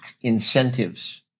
incentives